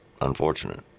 unfortunate